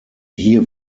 hier